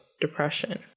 depression